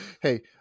hey